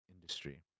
industry